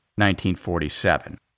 1947